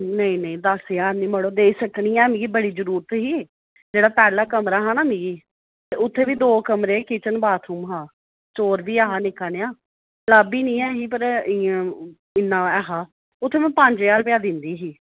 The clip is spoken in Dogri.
नेईं नेईं दस ज्हार नी मड़ो देई सकनी आं मिगी बड़ी जरूरत ही जेह्ड़ा पैह्ला कमरा हा नी मिगी ते उत्थे बी दो कमरे किचन बाथरूम हा स्टोर बी ऐ हा निक्का नेहा लाबी नी ऐ ही पर इ'यां इ'न्ना ऐ हा उत्थे में पंज ज्हार रपेआ दिन्दी ही